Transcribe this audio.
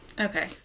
Okay